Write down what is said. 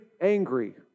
angry